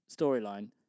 storyline